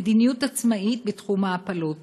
מדיניות עצמאית בתחום ההפלות.